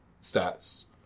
stats